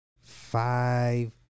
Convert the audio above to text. Five